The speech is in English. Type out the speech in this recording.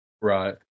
Right